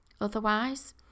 otherwise